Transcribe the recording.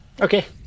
Okay